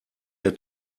der